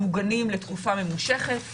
מבחינתנו, הם מוגנים לתקופה ממושכת.